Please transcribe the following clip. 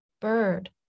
Bird